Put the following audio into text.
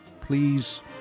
please